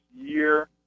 year